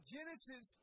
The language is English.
Genesis